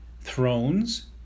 thrones